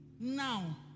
Now